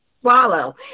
swallow